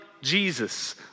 Jesus